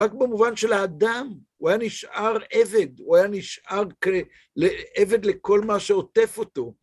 רק במובן של האדם, הוא היה נשאר עבד, הוא היה נשאר עבד לכל מה שעוטף אותו.